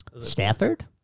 Stafford